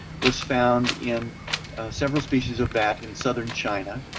was found in several species of bat in southern china,